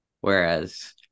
whereas